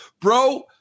Bro